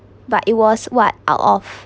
but it was what out of